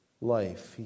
life